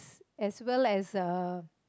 as well as uh